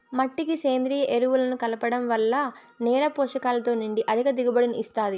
మట్టికి సేంద్రీయ ఎరువులను కలపడం వల్ల నేల పోషకాలతో నిండి అధిక దిగుబడిని ఇస్తాది